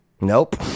Nope